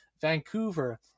Vancouver